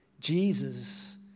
Jesus